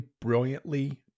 brilliantly